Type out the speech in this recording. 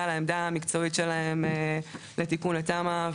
לעמדה המקצועית שלהם לגבי תיקון התמ"א,